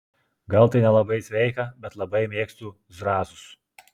gal tai nelabai sveika bet labai mėgstu zrazus